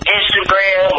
Instagram